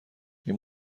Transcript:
این